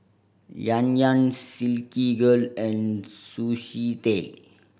Yan Yan Silkygirl and Sushi Tei